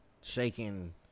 shaking